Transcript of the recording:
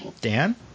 dan